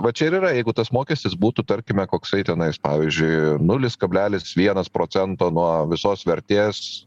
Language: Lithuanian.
va čia ir yra jeigu tas mokestis būtų tarkime koksai tenais pavyzdžiui nulis kablelis vienas procento nuo visos vertės